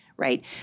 right